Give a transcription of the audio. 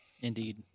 Indeed